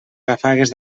ràfegues